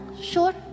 Sure